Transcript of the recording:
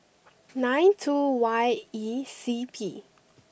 nine two Y E C P